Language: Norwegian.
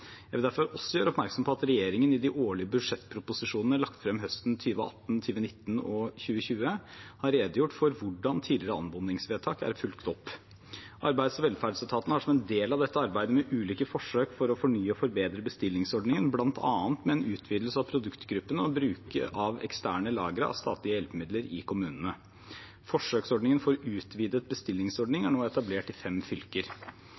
Jeg vil derfor også gjøre oppmerksom på at regjeringen i de årlige budsjettproposisjonene lagt frem høsten 2018, 2019 og 2020 har redegjort for hvordan tidligere anmodningsvedtak er fulgt opp. Arbeids- og velferdsstaten har som del av dette arbeidet med ulike forsøk for å fornye og forbedre bestillingsordningen, bl.a. med en utvidelse av produktgruppene og bruk av eksterne lagre av statlige hjelpemidler i kommunene. Forsøksordningen for en utvidet bestillingsordning er nå etablert i fem fylker.